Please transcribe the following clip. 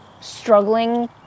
struggling